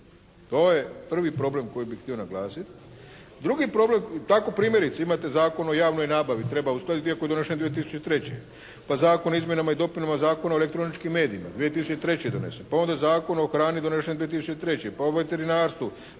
To je prvi problem koji bi htio naglasiti. Drugi problem, tako primjerice imate Zakon o javnoj nabavi, treba uskladiti iako je donesen 2003., pa Zakon o izmjenama i dopunama Zakona o elektroničkim medijima 2003. donesen, pa onda Zakon o hrani donesen 2003., pa o veterinarstvu,